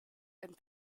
and